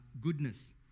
goodness